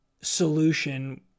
solution